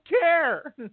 care